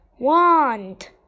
wand